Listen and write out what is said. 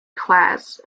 class